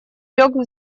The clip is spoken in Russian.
лёг